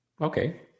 Okay